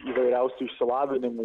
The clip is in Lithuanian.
įvairiausių išsilavinimų